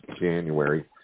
January